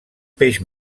peix